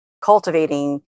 cultivating